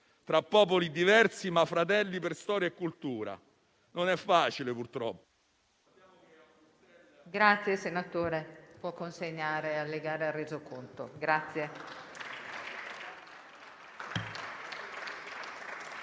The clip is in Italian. tra popoli diversi ma fratelli per storia e cultura. Non è facile e